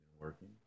working